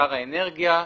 לשר האנרגיה,